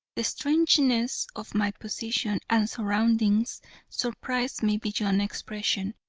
the strangeness of my position and surroundings surprised me beyond expression.